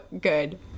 good